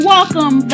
Welcome